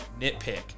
nitpick